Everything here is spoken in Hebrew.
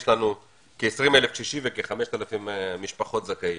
יש לנו כ-20,000 קשישים וכ-5,000 משפחות זכאיות.